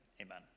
Amen